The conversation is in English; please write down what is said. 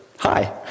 Hi